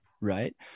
right